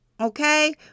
okay